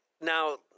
now